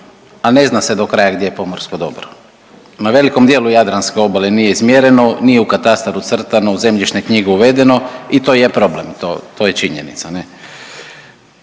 a ne zna se dokraja gdje je pomorsko dobro. Na velikom dijelu jadranske obale nije izmjereno, nije u katastar ucrtano, u zemljišne knjige uvedeno i to je problem, to je činjenica